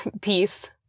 peace